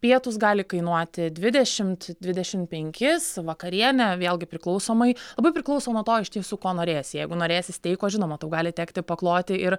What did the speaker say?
pietūs gali kainuoti dvidešimt dvidešimt penkis vakarienė vėlgi priklausomai labai priklauso nuo to iš tiesų ko norėsi jeigu norėsi steiko žinoma tau gali tekti pakloti ir